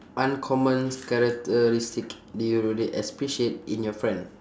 uncommon characteristic do you really appreciate in your friend